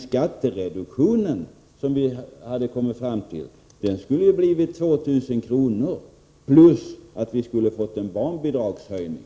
Skattereduktionen skulle ha blivit 2 000 kr., och vi skulle dessutom ha fått en barnbidragshöjning.